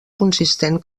consistent